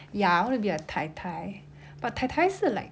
ya I want to be a 太太 but 太太是 like